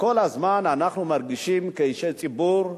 וכל הזמן אנחנו מרגישים, כאישי ציבור,